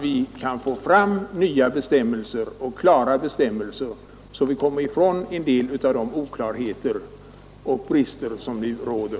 Vi kunde då få nya och klara bestämmelser och slippa en del av de oklarheter och brister som nu råder.